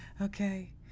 okay